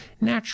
natural